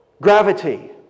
Gravity